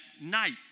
night